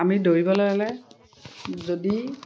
আমি দৌৰিবলৈ হ'লে যদি